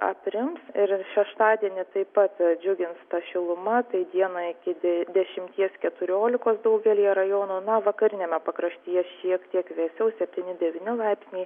aprims ir šeštadienį taip pat džiugins ta šiluma tai dieną iki de dešimties keturiolikos daugelyje rajonų na vakariniame pakraštyje šiek tiek vėsiau septyni devyni laipsniai